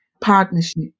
partnership